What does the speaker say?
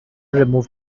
remove